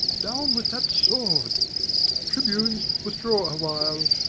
down with that sword tribunes, withdraw awhile.